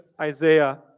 Isaiah